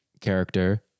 character